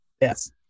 Yes